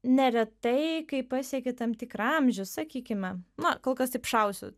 neretai kai pasieki tam tikrą amžių sakykime na kol kas taip šausiu